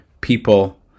people